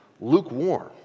lukewarm